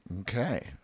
Okay